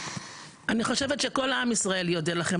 אני חושבת שכל עם ישראל יודה לכם,